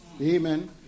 Amen